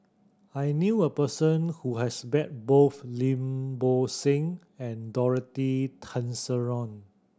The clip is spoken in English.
I knew a person who has bet both Lim Bo Seng and Dorothy Tessensohn